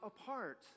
apart